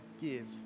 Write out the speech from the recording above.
give